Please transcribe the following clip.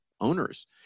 owners